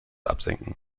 absenken